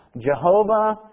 Jehovah